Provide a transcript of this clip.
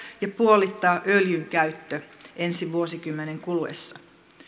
ja puolittaa öljyn käyttö ensi vuosikymmenen kuluessa